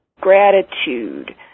gratitude